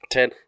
Ten